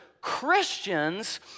Christians